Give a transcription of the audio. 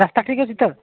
ରାସ୍ତା ଠିକ୍ ଅଛି ତ